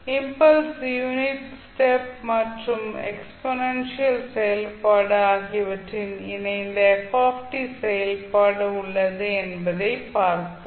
impulse unit step மற்றும் exponential செயல்பாடு ஆகியவற்றில் இணைந்த f செயல்பாடு உள்ளது என்பதைப் பார்ப்போம்